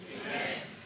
Amen